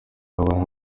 yabaye